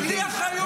צא החוצה.